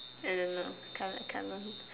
I don't know can't I can't lah